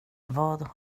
vad